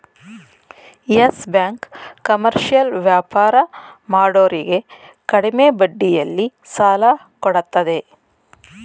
Yes Bank commercial ವ್ಯಾಪಾರ ಮಾಡೋರಿಗೆ ಕಡಿಮೆ ಬಡ್ಡಿಯಲ್ಲಿ ಸಾಲ ಕೊಡತ್ತದೆ